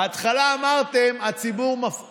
בהתחלה אמרתם: הציבור מפריע